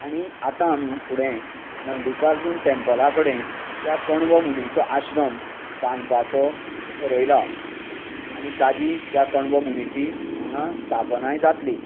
आनी आता आमी फुडें मल्लिकार्जून टेंपला कडेन त्या कण्व मुनिचो आश्रम बांदपाचो थारायला आनी ताजी त्या कण्व मुनिची हांगा स्थापनाय जातली